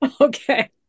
Okay